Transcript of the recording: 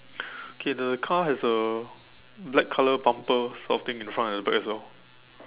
okay the car has a black colour bumper sort of thing in the front and the back as well